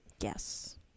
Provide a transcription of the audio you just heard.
Yes